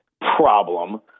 problem